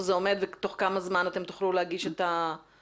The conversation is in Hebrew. זה עומד ותוך כמה זמן תוכלו להגיש את ההצעה?